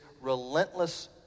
relentless